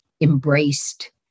embraced